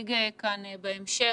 שנציג בהמשך,